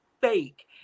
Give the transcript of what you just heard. fake